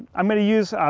i'm gonna use,